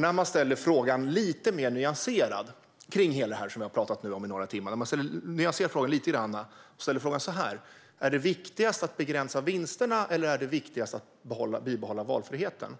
När man ställer frågan om det här som vi nu har pratat om i några timmar lite mer nyanserat och formulerar den så här: Är det viktigast att begränsa vinsterna eller är det viktigast att bibehålla valfriheten?